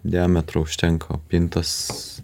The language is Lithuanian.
diametro užtenka o pintos